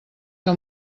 que